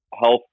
Health